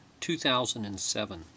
2007